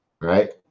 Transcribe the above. right